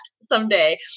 someday